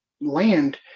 land